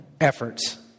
efforts